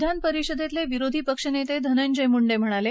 विधानपरिषदेतले विरोधी पक्षनेते धनंजय मुंडे म्हणाले